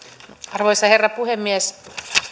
arvoisa herra puhemies